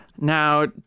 Now